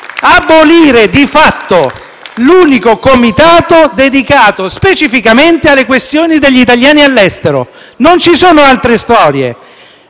abolire di fatto l'unico Comitato dedicato specificamente alle questioni degli italiani all'estero; non ci sono altre storie.